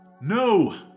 No